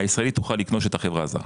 הישראלית תוכל לקנות את החברה הזרה.